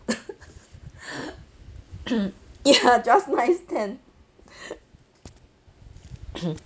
ya just nice ten